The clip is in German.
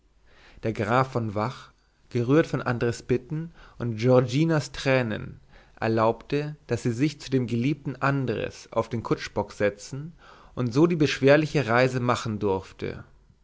der graf von vach gerührt von andres bitten und giorginas tränen erlaubte daß sie sich zu dem geliebten andres auf den kutschbock setzen und so die beschwerliche reise machen durfte